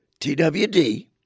TWD